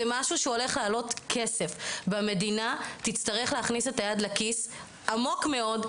זה משהו שהולך לעלות כסף והמדינה תצטרך להכניס את היד לכיס עמוק מאוד,